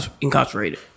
incarcerated